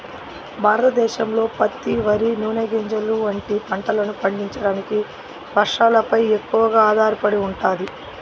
భారతదేశంలో పత్తి, వరి, నూనె గింజలు వంటి పంటలను పండించడానికి వర్షాలపై ఎక్కువగా ఆధారపడి ఉంటాది